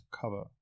cover